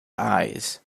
eyes